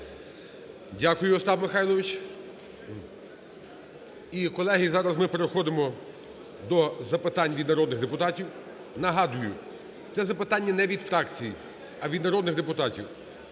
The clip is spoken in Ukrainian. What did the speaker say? Дякую, Остап Михайлович. І, колеги, зараз ми переходимо до запитань від народних депутатів. Нагадую, це запитання не від фракцій, а від народних депутатів.